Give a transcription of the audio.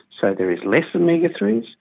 so there is less omega three s.